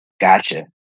Gotcha